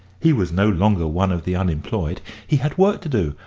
he was no longer one of the unemployed he had work to do,